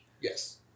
Yes